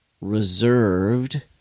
reserved